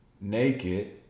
Naked